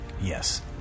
Yes